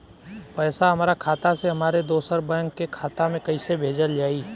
पैसा हमरा खाता से हमारे दोसर बैंक के खाता मे कैसे भेजल जायी?